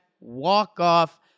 walk-off